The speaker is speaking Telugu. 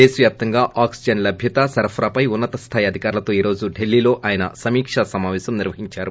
దేశవ్యాప్తంగా ఆక్సిజన్ లభ్యత సరఫరాపై ఉన్నత స్థాయి అధికారులతో ఈ రోజు ఢిల్లీలో ఆయన సమీక్ష సమాపేశం నిర్వహిందారు